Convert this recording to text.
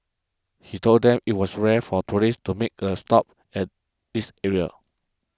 he told them it was rare for tourists to make a stop at this area